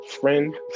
friend